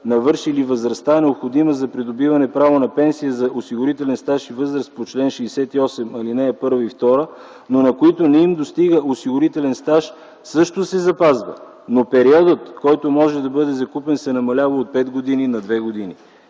навършили възрастта, необходима за придобиване право на пенсия за осигурителен стаж и възраст по чл. 68, ал. 1 и 2, но на които не им достига осигурителен стаж също се запазва, но периодът, който може да бъде закупен се намалява от 5 на 2 години.